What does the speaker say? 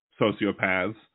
sociopaths